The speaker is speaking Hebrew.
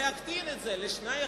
להקטין אותה ל-2%,